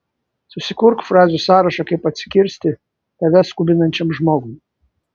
susikurk frazių sąrašą kaip atsikirsti tave skubinančiam žmogui